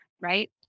Right